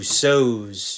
sows